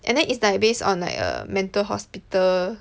and then it's like based on like a mental hospital